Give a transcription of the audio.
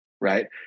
right